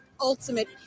ultimate